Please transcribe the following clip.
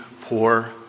poor